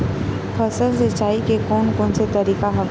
फसल सिंचाई के कोन कोन से तरीका हवय?